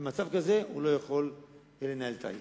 במצב כזה הוא לא יוכל לנהל את העיר.